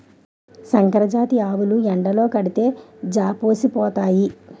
సంకరజాతి ఆవులు ఎండలో కడితే జాపోసిపోతాయి